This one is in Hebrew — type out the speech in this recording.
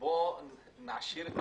עבד אל חכים חאג' יחיא (הרשימה המשותפת): בוא נעשיר את